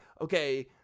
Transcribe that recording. okay